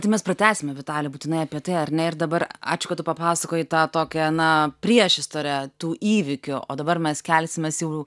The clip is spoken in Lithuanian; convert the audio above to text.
tai mes pratęsime vitali būtinai apie tai ar ne ir dabar ačiū kad tu papasakojai tą tokią na priešistorę tų įvykių o dabar mes kelsimės jau